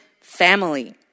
family